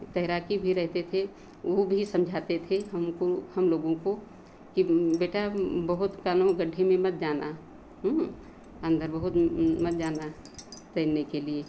तैराकी भी रहते थे उ भी समझाते थे हमको हम लोगों को कि बेटा बहुत कानू गढ्ढे में मत जाना हँ अंदर बहुत मत जाना तैरने के लिए